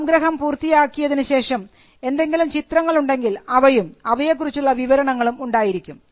സംഗ്രഹം പൂർത്തിയാക്കിയതിനുശേഷം എന്തെങ്കിലും ചിത്രങ്ങൾ ഉണ്ടെങ്കിൽ അവയും അവയെക്കുറിച്ചുള്ള വിവരണങ്ങളും ഉണ്ടായിരിക്കും